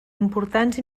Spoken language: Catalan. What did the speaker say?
importants